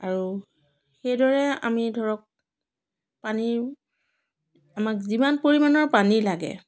আৰু সেইদৰে আমি ধৰক পানী আমাক যিমান পৰিমাণৰ পানী লাগে